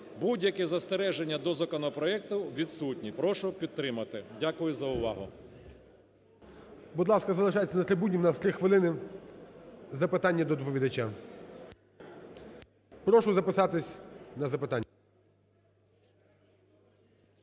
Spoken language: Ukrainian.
Будь-які застереження до законопроекту відсутні. Прошу підтримати. Дякую за увагу. ГОЛОВУЮЧИЙ. Будь ласка, залишайтеся на трибуні, в нас три хвилини запитання до доповідача. Прошу записатись на запитання.